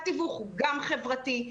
התיווך הוא גם חברתי,